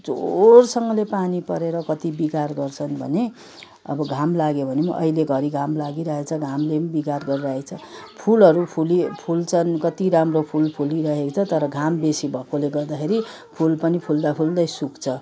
जोडसँगले पानी परेर कति बिगार गर्छन् भने अब घाम लाग्यो भने पनि अहिलेघडी घाम लागिरहेको छ घामले पनि बिगार गरिरहेछ फुलहरू फुली फुल्छन् कति राम्रो फुल फुलिरहेको छ तर घाम बेसी भएकोले गर्दाखेरि फुल पनि फुल्दा फुल्दै सुक्छ